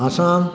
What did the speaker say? Assam